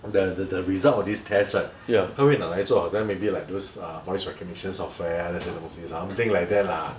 the the the result of this test right 他会拿来做好像 maybe like those err voice recognition software 那些东西 something like that lah